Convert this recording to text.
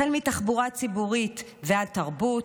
החל מתחבורה ציבורית ועד תרבות,